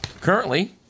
currently